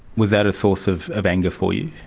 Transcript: was that a source of of anger for you?